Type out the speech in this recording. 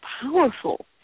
powerful